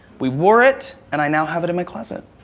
we wore it, and i now have it in my closet.